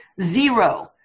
zero